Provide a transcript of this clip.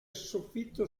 soffitto